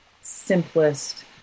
simplest